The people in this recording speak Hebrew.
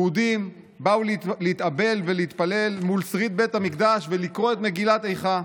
יהודים באו להתאבל ולהתפלל מול שריד בית המקדש ולקרוא את מגילת איכה.